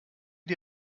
die